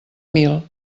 mil